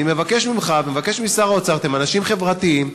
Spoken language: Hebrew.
אני מבקש ממך ומבקש משר האוצר: אתם אנשים חברתיים.